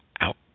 out